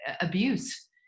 abuse